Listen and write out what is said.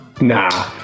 nah